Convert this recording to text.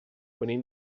venim